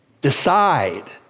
decide